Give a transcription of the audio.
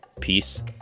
Peace